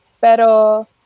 pero